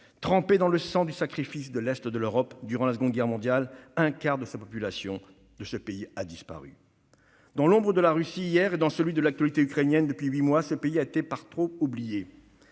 trempée dans le sang du sacrifice de l'est de l'Europe. Durant la Seconde Guerre mondiale, un quart de sa population a disparu. Dans l'ombre de la Russie, hier, et dans celle de l'actualité ukrainienne, depuis huit mois, ce pays a été par trop oublié.